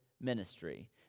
ministry